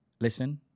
listen